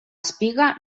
espiga